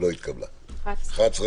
הצבעה ההסתייגות לא אושרה.